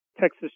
Texas